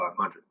500